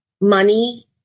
Money